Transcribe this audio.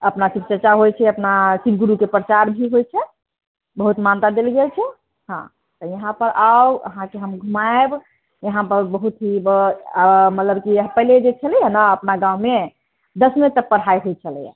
अपना शिव चर्चा होइत छै अपना शिवगुरूके प्रचार भी होइत छै बहुत मानता देल गेल छै हँ तऽ यहाँ पर आउ अहाँके हम घुमाँएब इहाँ पर बहुत ही ब आ मल्लब की पहिले जे छलैया ने अपना गावँमे दशमे तक पढ़ाइ होइत छलैया